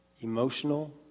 emotional